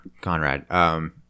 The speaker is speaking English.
Conrad